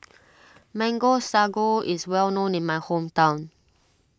Mango Sago is well known in my hometown